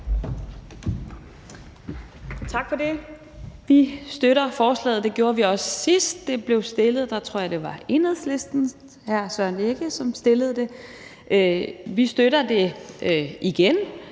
Tak for det. Vi støtter forslaget; det gjorde vi også, sidst det blev fremsat, hvor jeg tror det var Enhedslistens hr. Søren Egge Rasmussen, som fremsatte det. Vi støtter det igen,